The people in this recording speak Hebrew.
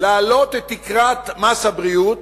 להעלות את תקרת מס הבריאות